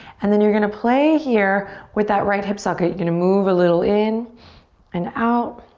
and then you're gonna play here with that right hip socket. you gonna move a little in and out.